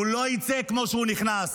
הוא לא יצא כמו שהוא נכנס.